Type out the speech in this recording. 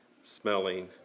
smelling